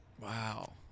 Wow